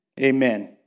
Amen